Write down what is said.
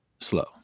Slow